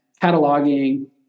cataloging